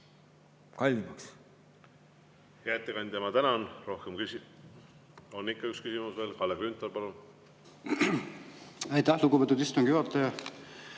kallimaks.